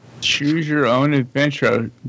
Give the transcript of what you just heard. Choose-your-own-adventure